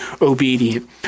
obedient